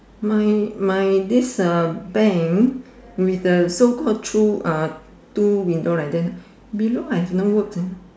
my my this uh bank with the so called two uh two window like that below I have no words eh